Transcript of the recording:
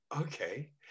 okay